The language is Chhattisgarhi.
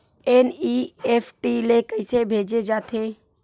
एन.ई.एफ.टी ले कइसे भेजे जाथे?